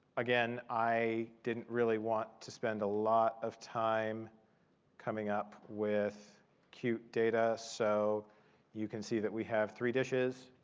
again, i didn't really want to spend a lot of time coming up with cute data. so you can see that we have three dishes,